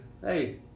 hey